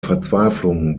verzweiflung